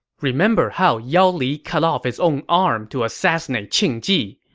remember how yao li cut off his own arm to assassinate qing ji.